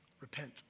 Repent